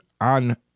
on